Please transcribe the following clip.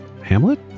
Hamlet